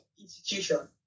institution